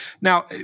now